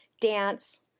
dance